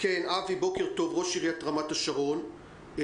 ראש עיריית רמת השרון,